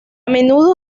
menudo